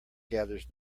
gathers